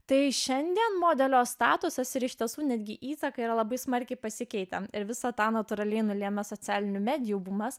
tai šiandien modelio statusas ir iš tiesų netgi įtaka yra labai smarkiai pasikeitę ir visą tą natūraliai nulėmė socialinių medijų bumas